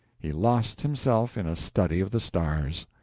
he lost himself in a study of the stars.